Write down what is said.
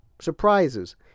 surprises